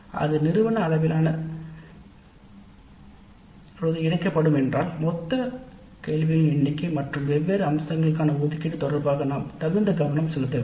அவ்வாறு ஒருங்கிணைக்கும் போது மொத்த கேள்விகளின் எண்ணிக்கை மற்றும் வெவ்வேறு அம்சங்களுக்கான ஒதுக்கீடு தொடர்பாக நாம் தகுந்த கவனம் செலுத்த வேண்டும்